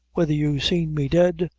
whether you seen me dead,